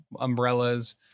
umbrellas